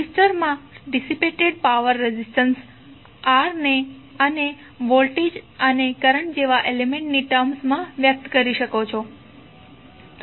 રેઝિસ્ટરમાં dissipated power resistance R અને voltage અને કરંટ જેવા એલિમેન્ટ્ની ટર્મ્સ માં વ્યક્ત કરી શકાય છે